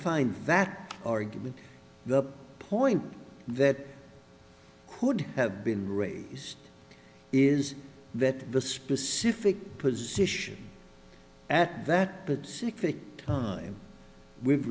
find that argument the point that could have been raised is that the specific position at that t